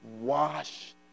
washed